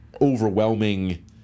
overwhelming